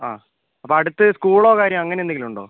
ആ അപ്പം അടുത്ത് സ്കൂളോ കാര്യമോ അങ്ങനെ എന്തെങ്കിലും ഉണ്ടോ